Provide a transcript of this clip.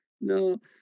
No